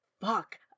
fuck